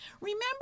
Remember